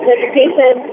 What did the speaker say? Education